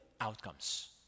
outcomes